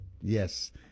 Yes